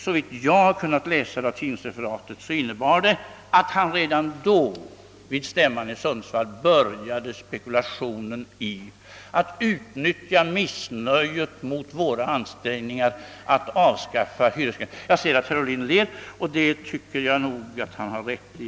Såvitt jag har kunnat utläsa av tidningsreferaten började han emellertid redan då spekulera i möjligheten att utnyttja missnöjet mot våra ansträngningar att slopa hyresregleringen. Jag ser att herr Ohlin ler, och det tycker jag att han gör rätt i.